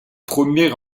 premier